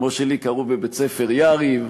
כמו שלי קראו בבית-ספר יריב,